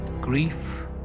Grief